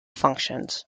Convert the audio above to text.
functions